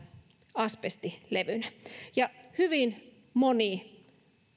asbestilevynä hyvin moni tällä hetkellä